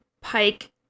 Pike